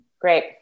Great